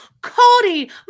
Cody